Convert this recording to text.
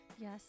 Yes